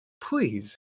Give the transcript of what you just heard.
Please